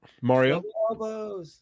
Mario